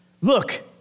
look